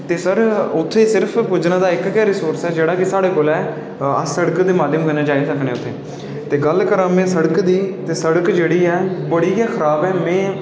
ते सर उत्थै सिर्फ पुज्जने दा इक गै रिसोर्स ऐ जेह्ड़ा साढे़ कोल ऐ अस सड़क दे माध्म कन्नै जाई सकने उत्थै ते गल्ल करां में सड़क दी ते सड़क जेह्ड़ी ऐ बड़ी गै खराब ऐ में जेह्ड़ी ऐ